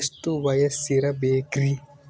ಎಷ್ಟು ವಯಸ್ಸಿರಬೇಕ್ರಿ?